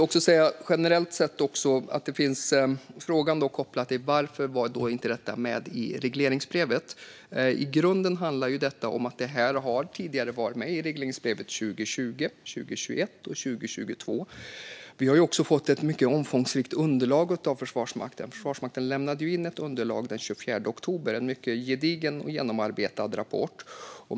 Marielle Lahti ställer frågan varför detta inte finns med i regleringsbrevet. Det fanns med i regleringsbreven för 2020, 2021 och 2022. Vi har fått ett mycket omfångsrikt underlag av Försvarsmakten. Försvarsmakten lämnade in ett underlag den 24 oktober. Det är en mycket gedigen och genomarbetat rapport.